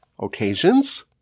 occasions